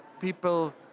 people